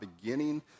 beginning